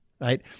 Right